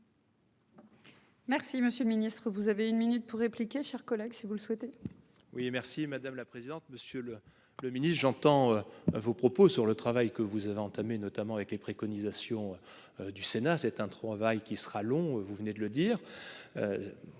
Merci, monsieur le Ministre, vous avez une minute pour répliquer chers collègues si vous le souhaitez. Oui merci madame la présidente, monsieur le le ministre-j'entends vos propos sur le travail que vous avez entamé, notamment avec les préconisations. Du Sénat c'est un travail qui sera long, vous venez de le dire.